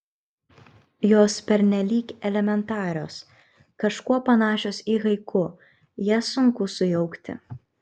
jos pernelyg elementarios kažkuo panašios į haiku jas sunku sujaukti